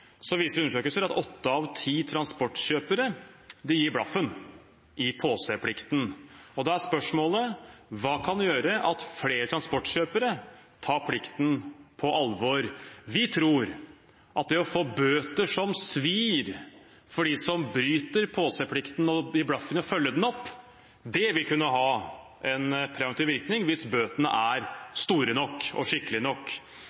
så viser undersøkelser at åtte av ti transportkjøpere gir blaffen i påseplikten. Da er spørsmålet: Hva kan gjøre at flere transportkjøpere tar plikten på alvor? Vi tror at det å få bøter som svir for dem som bryter påseplikten og gir blaffen i å følge den opp, vil kunne ha en preventiv virkning hvis bøtene er store nok